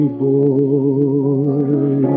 boy